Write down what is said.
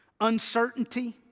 uncertainty